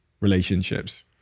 relationships